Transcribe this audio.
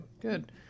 good